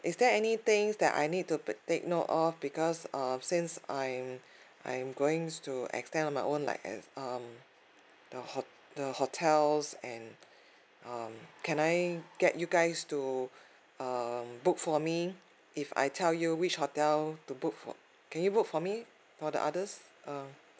is there any things that I need to take note of because uh since I'm I'm going to extend on my own like as um the hot the hotels and um can I get you guys to err book for me if I tell you which hotel to book for can you book for me for the others err